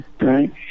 right